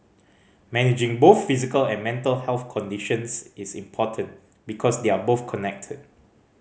managing both physical and mental health conditions is important because they are both connected